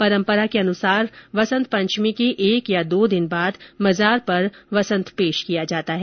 परंपरा के अनुसार बसंत पंचमी के एक या दो दिन बाद मजार पर बसंत पेश किया जाता है